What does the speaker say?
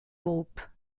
groupe